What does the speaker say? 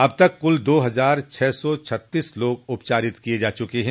अब तक कुल दो हजार छह सौ छत्तीस लोग उपचारित हो चुके हैं